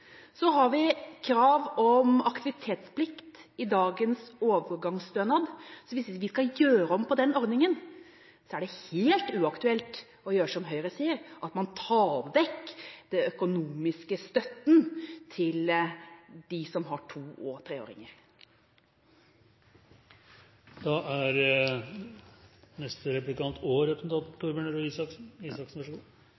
Så har vi krav om aktivitetsplikt i dagens overgangsstønad. Hvis vi skal gjøre om på den ordningen, er det helt uaktuelt å gjøre som Høyre sier, og ta vekk den økonomiske støtten til dem som har toåringer og treåringer. Neste replikant